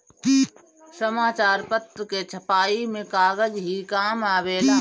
समाचार पत्र के छपाई में कागज ही काम आवेला